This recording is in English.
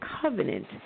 Covenant